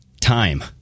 time